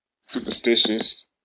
superstitious